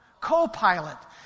co-pilot